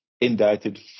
indicted